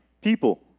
people